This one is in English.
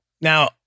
Now